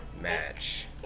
match